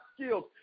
skills